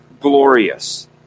glorious